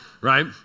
right